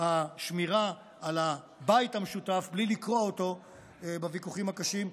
בשמירה על הבית המשותף בלי לקרוע אותו בוויכוחים הקשים,